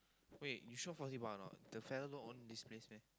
wait you sure possible or not the fella don't own this place meh